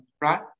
right